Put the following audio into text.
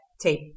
tape